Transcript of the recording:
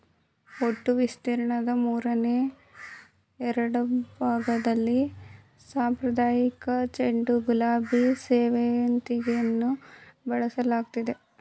ಒಟ್ಟು ವಿಸ್ತೀರ್ಣದ ಮೂರನೆ ಎರಡ್ಭಾಗ್ದಲ್ಲಿ ಸಾಂಪ್ರದಾಯಿಕ ಚೆಂಡು ಗುಲಾಬಿ ಸೇವಂತಿಗೆಯನ್ನು ಬೆಳೆಸಲಾಗ್ತಿದೆ